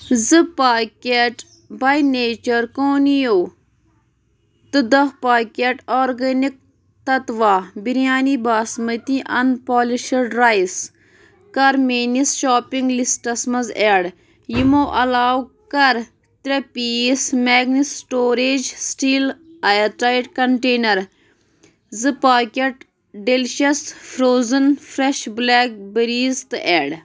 زٕ پاکٮ۪ٹ باے نیچر کونِیو تہٕ دَہ packet organic Tattva biryani basmati unpolished rice کَر میٛٲنِس شاپنٛگ لِسٹَس منٛز ایڈ یِمو علاوٕ کَر ترٛےٚ پیٖس میگن storage steel airtight container زٕ packet delicious frozen fresh blackberries تہٕ ایڈ